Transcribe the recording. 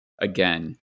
Again